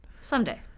someday